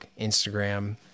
Instagram